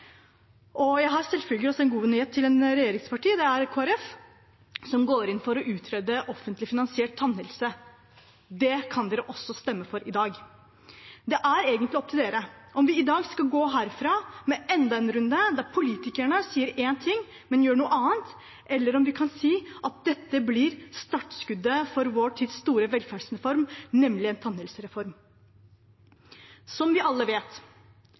Jeg har selvfølgelig også en god nyhet til et regjeringsparti, Kristelig Folkeparti, som går inn for å utrede offentlig finansiert tannhelse. Det kan dere også stemme for i dag. Det er egentlig opp til dere om vi skal gå herfra med enda en runde der politikerne sier én ting, men gjør noe annet, eller om vi kan si at dette blir startskuddet for vår tids store velferdsreform, nemlig en tannhelsereform. Som vi alle vet,